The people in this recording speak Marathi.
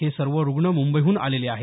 हे सर्व रुग्ण मुंबईहून आलेले आहेत